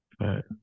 Right